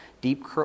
Deep